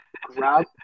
grab